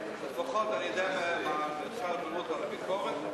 לפחות אני יודע ממשרד הבריאות והביקורת,